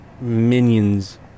minions